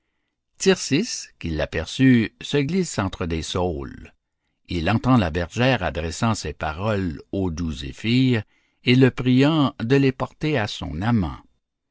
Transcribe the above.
tircis qui l'aperçut se glisse entre des saules il entend la bergère adressant ces paroles au doux zéphyr et le priant de les porter à son amant